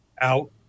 out